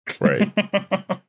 Right